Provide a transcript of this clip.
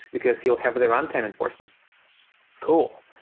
because you'll have the runtime enforcements cool.